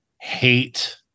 hate